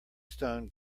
stone